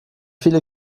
viele